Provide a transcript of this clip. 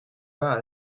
pas